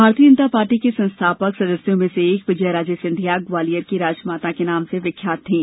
भारतीय जनता पार्टी के संस्थापक सदस्यों में से एक विजया राजे सिंधिया ग्वालियर की राजमाता के नाम से विख्यात थीं